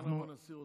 אנחנו נסיר אותן.